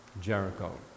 Jericho